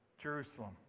Jerusalem